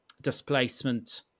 displacement